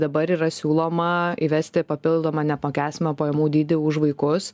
dabar yra siūloma įvesti papildomą neapmokestinamą pajamų dydį už vaikus